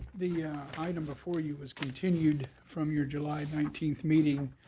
the item before you was continue from your july nineteenth meeting.